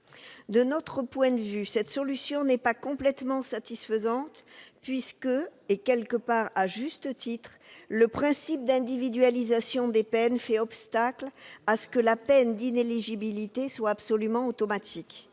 De notre point de vue, cette solution n'est pas complètement satisfaisante, puisque, et, d'une certaine manière, à juste titre, le principe d'individualisation des peines fait obstacle à ce que la peine d'inéligibilité soit absolument automatique.